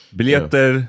Biljetter